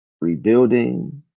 rebuilding